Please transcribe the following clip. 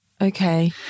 Okay